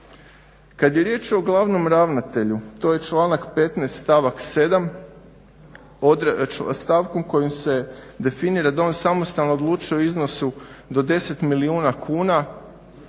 Kada je riječ o glavnom ravnatelju, to je članak 15.stavak 7.stavkom kojim se definira da on samostalno odlučuje o iznosu do 10 milijuna kuna,